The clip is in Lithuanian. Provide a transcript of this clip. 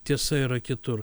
tiesa yra kitur